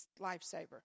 lifesaver